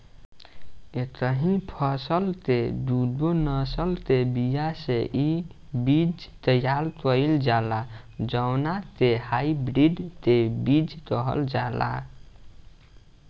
एकही फसल के दूगो नसल के बिया से इ बीज तैयार कईल जाला जवना के हाई ब्रीड के बीज कहल जाला